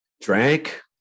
drank